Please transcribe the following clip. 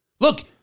Look